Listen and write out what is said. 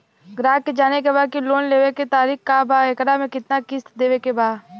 ग्राहक के जाने के बा की की लोन लेवे क का तरीका बा एकरा में कितना किस्त देवे के बा?